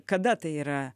kada tai yra